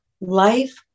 Life